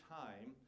time